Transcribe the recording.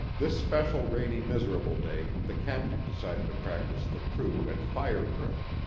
this special rainy miserable day the captain decided to practice the crew at fire drill.